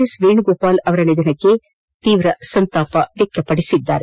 S Venugopal ಅವರ ನಿಧನಕ್ಕೆ ಸಂತಾಪ ಸೂಚಿಸಿದ್ದಾರೆ